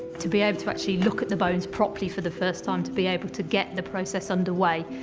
to be able to actually look at the bones properly for the first time, to be able to get the process under way,